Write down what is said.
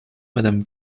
madame